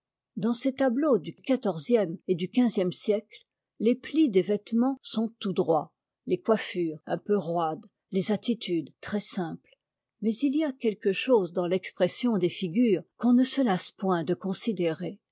dans ces tableaux du quatorzième et du quinzième siècle les plis des vêtements sont tout droits les coiffures un peu roides les attitudes très simples mais i y a quoique chose dans l'expression des figures qu'on ne se lasse point de considérer